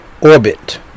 orbit